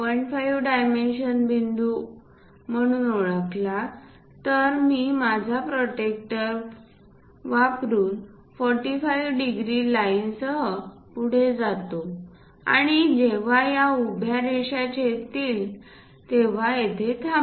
5 dimension बिंदू म्हणून ओळखला तर मी माझा प्रोटेक्टर वापरुन 45 डिग्री लाईनसह पुढे जातो आणि जेव्हा या उभ्या रेषा छेदतील तेव्हा हे थांबवतो